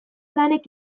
lanek